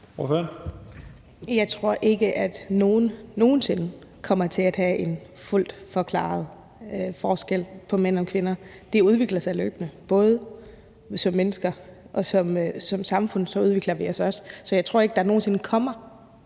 Jeg tror ikke, at nogen nogen sinde kommer til at have en fuldt forklaret forskel på mænd og kvinder. Vi udvikler os løbende, både som mennesker og som samfund, så jeg tror ikke, at der nogen sinde kommer